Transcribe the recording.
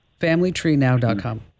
familytreenow.com